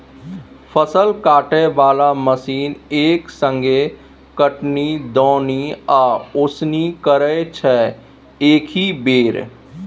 फसल काटय बला मशीन एक संगे कटनी, दौनी आ ओसौनी करय छै एकहि बेर